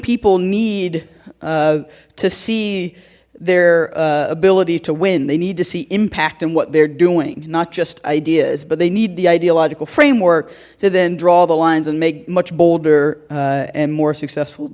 people need to see their ability to win they need to see impact in what they're doing not just ideas but they need the ideological framework to then draw the lines and make much bolder and more successful